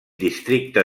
districte